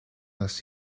las